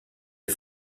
est